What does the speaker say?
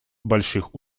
больших